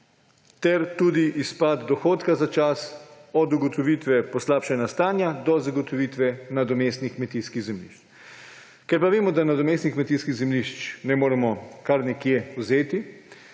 ter tudi izpad dohodka za čas od ugotovitve poslabšanja stanja do zagotovitve nadomestnih kmetijskih zemljišč. Ker pa vemo, da nadomestnih kmetijskih zemljišč ne moremo kar nekje vzeti,